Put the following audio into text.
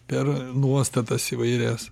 per nuostatas įvairias